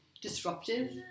Disruptive